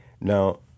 Now